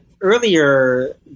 earlier